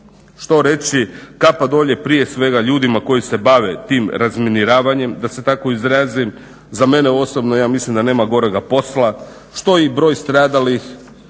što reći, kapa dolje prije svega ljudima koji se bave tim razminiravanjem da se tako izrazim. Za mene osobno ja mislim da nema gorega posla, što je i broj stradalih